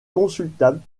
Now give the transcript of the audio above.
consultables